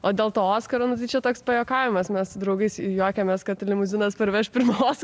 o dėl to oskaro nu tai čia toks pajuokavimas mes su draugais juokiamės kad limuzinas parveš pirmą